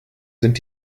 sind